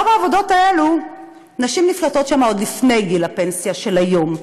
ברוב העבודות האלה נשים נפלטות עוד לפני גיל הפנסיה של היום,